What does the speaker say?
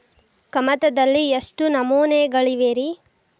ಕಮತದಲ್ಲಿ ಎಷ್ಟು ನಮೂನೆಗಳಿವೆ ರಿ?